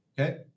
Okay